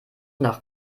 nach